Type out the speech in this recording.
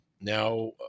Now